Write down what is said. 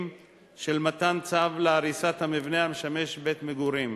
של מתן צו להריסת המבנה המשמש בית-מגורים.